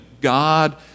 God